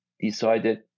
decided